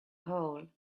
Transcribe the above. hole